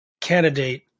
candidate